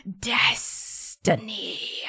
destiny